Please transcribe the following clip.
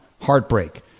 heartbreak